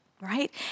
right